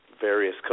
various